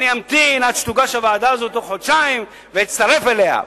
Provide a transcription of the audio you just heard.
אני אמתין עד שתגיש הוועדה הזאת בתוך חודשיים ואצטרף אליה.